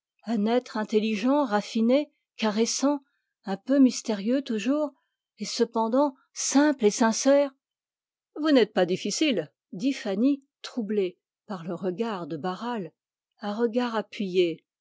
un être intelligent raffiné caressant un peu mystérieux toujours et cependant simple et sincère vous n'êtes pas difficile dit fanny troublée par le regard de barral un regard appuyé